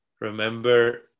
remember